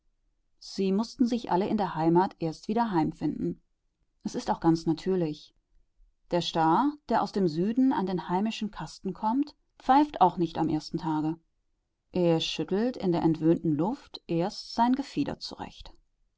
sie mußten sich alle in der heimat erst wieder heimfinden es ist auch ganz natürlich der star der aus dem süden an den heimischen kasten kommt pfeift auch nicht am ersten tage er schüttelt in der entwöhnten luft erst sein gefieder